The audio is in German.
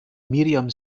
miriam